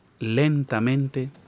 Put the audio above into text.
lentamente